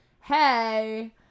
hey